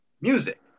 music